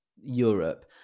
Europe